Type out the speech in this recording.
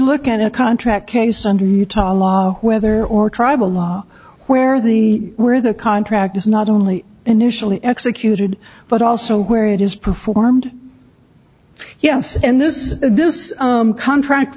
look at a contract case and utah law whether or tribal law where the where the contract is not only initially executed but also where it is performed yes and this this contract